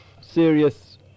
serious